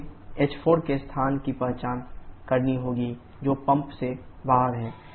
हमें h4 के स्थान की पहचान करनी होगी जो पंप से बाहर है